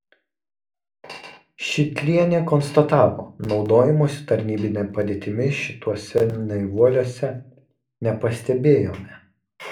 šidlienė konstatavo naudojimosi tarnybine padėtimi šituose naivuoliuose nepastebėjome